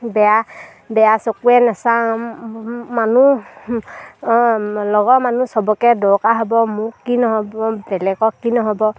বেয়া বেয়া চকুৱে নেচাওঁ মানুহ লগৰ মানুহ চবকে দৰকাৰ হ'ব মোক কি নহ'ব বেলেগক কি নহ'ব